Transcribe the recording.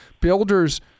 Builders